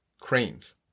cranes